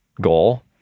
goal